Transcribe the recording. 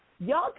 Y'all